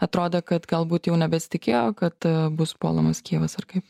atrodė kad galbūt jau nebesitikėjo kad bus puolamas kijevas ar kaip